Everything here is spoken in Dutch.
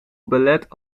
belet